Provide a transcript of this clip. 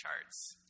charts